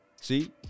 See